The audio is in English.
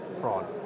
fraud